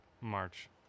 March